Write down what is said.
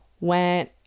went